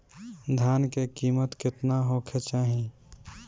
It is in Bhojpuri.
धान के किमत केतना होखे चाही?